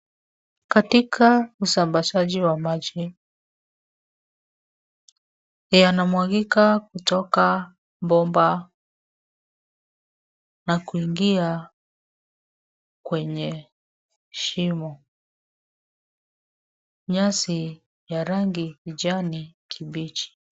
Katika usambazaji wa maji, yanamwagika kutoka bomba na kuingia kwenye shimo. Nyasi ya rangi ya kijani kibichi.